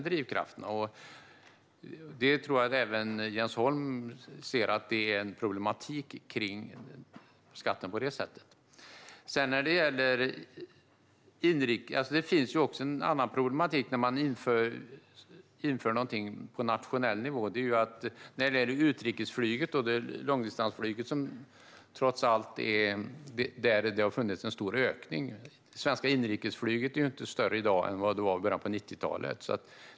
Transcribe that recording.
Jag tror att även Jens Holm ser att det är en problematik kring skatten på det sättet. Det finns också en annan problematik när man inför något på nationell nivå. Det är ju trots allt på utrikesflyget och långdistansflyget som det har funnits en stor ökning. Det svenska inrikesflyget är ju inte större i dag än det var i början av 1990-talet.